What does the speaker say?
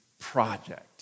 Project